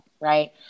Right